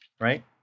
right